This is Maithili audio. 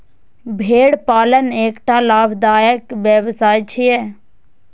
भेड़ पालन एकटा लाभदायक व्यवसाय छियै